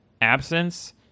absence